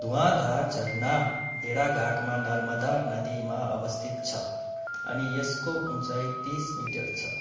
धुवाँधार झरना भेडाघाटमा नर्मदा नदीमा अवस्थित छ अनि यसको उचाइ तिस मिटर छ